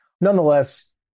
Nonetheless